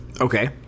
Okay